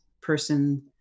person